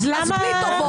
אז בלי טובות.